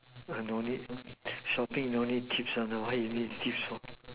don't need shopping don't need why you need